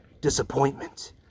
Disappointment